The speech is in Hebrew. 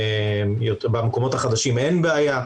במקומות החדשים אין בעיה.